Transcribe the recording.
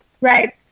Right